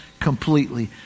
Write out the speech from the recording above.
completely